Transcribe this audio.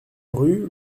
rue